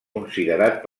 considerat